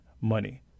money